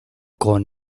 con